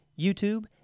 YouTube